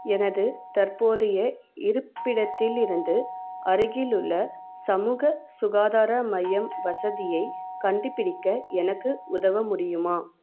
எனது தற்போதைய இருப்பிடத்திலிருந்து அருகிலுள்ள சமூக சுகாதார மையம் வசதியைக் கண்டுபிடிக்க எனக்கு உதவ முடியுமா